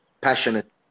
passionate